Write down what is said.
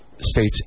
states